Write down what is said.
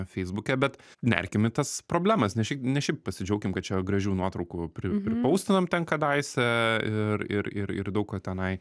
feisbuke bet nerkim į tas problemas nes šiaik ne šiaip pasidžiaukim kad čia gražių nuotraukų pri pripaustinom ten kadaise ir ir ir ir daug ko tenai